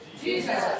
Jesus